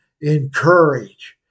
encourage